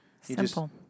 Simple